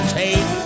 take